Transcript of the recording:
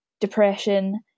depression